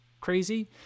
crazy